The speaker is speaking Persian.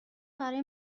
برای